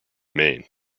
maine